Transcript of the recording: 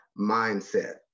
mindset